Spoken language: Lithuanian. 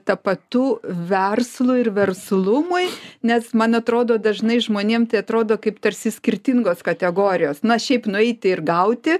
tapatu verslui ir verslumui nes man atrodo dažnai žmonėm tai atrodo kaip tarsi skirtingos kategorijos na šiaip nueiti ir gauti